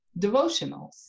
devotionals